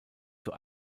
zur